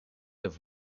have